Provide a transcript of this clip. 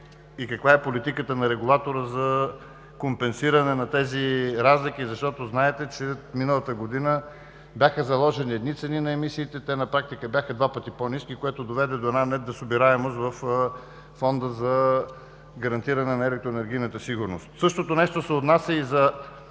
и каква е политиката на регулатора за компенсиране на тези разлики, защото знаете, че миналата година бяха заложени едни цени на емисиите, те на практика бяха два пъти по-ниски, което доведе до една недосъбираемост във Фонда за гарантиране на електроенергийната сигурност. Същото нещо се отнася и за